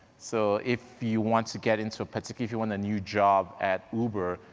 so if you want to get into a, particularly if you want a new job at uber,